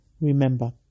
Remember